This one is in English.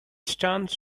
stands